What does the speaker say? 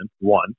one